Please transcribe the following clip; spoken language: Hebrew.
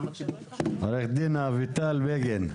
עורכת הדין אביטל בגין,